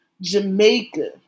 Jamaica